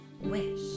wish